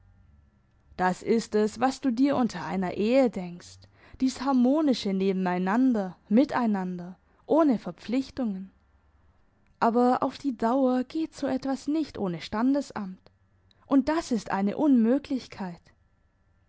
das ist es was du dir unter einer ehe denkst dies harmonische nebeneinander miteinander ohne verpflichtungen aber auf die dauer geht so etwas nicht ohne standesamt und das ist eine unmöglichkeit